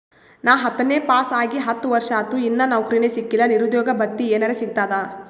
ನಾ ಹತ್ತನೇ ಪಾಸ್ ಆಗಿ ಹತ್ತ ವರ್ಸಾತು, ಇನ್ನಾ ನೌಕ್ರಿನೆ ಸಿಕಿಲ್ಲ, ನಿರುದ್ಯೋಗ ಭತ್ತಿ ಎನೆರೆ ಸಿಗ್ತದಾ?